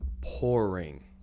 pouring